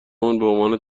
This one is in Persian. عنوان